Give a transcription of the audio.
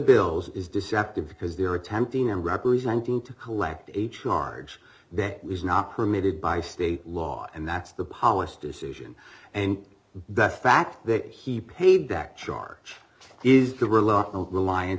bills is deceptive because they're attempting and representing to collect a charge that was not permitted by state law and that's the policy decision and the fact that he paid back charge is the rel